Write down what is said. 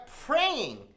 praying